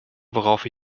worauf